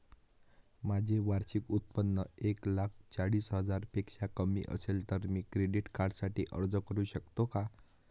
माझे वार्षिक उत्त्पन्न एक लाख चाळीस हजार पेक्षा कमी असेल तर मी क्रेडिट कार्डसाठी अर्ज करु शकतो का?